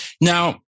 Now